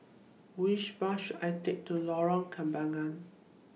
Which Bus should I Take to Lorong Kembagan